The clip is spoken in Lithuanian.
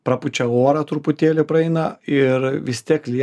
prapučia orą truputėlį praeina ir vis tiek lieka visi tarpduriai